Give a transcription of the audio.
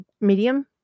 medium